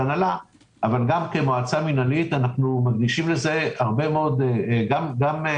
גם כמועצה מינהלית אנחנו מקדישים לזה הרבה מאוד זמן.